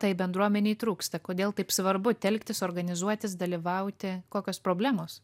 tai bendruomenei trūksta kodėl taip svarbu telktis organizuotis dalyvauti kokios problemos